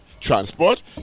transport